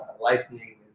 lightning